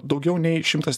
daugiau nei šimtas